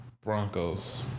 Broncos